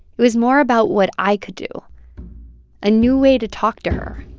it was more about what i could do a new way to talk to her